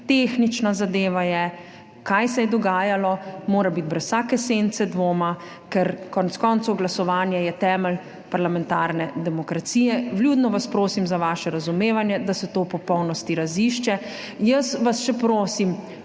tehnična zadeva je – mora biti brez vsake sence dvoma, ker je konec koncev glasovanje temelj parlamentarne demokracije, vas vljudno prosim za vaše razumevanje, da se to v popolnosti razišče. Jaz vas še prosim,